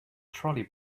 trolley